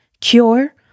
cure